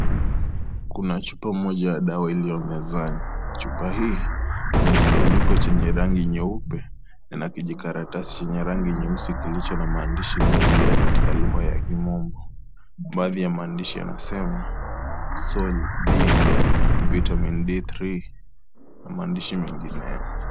Kuna chupa moja ya dawa iliyo mezani. Chupa hii ina kifuniko chenye rangi nyeupe na kijikaratasi chenye rangi nyeusi kilicho na maandishi mengi yaliyo katika lugha ya kimombo, baadhi ya maandishi yanasema Sol-D Vitamin D3 na maandishi mengineo.